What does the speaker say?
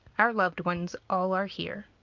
our loved ones all are here.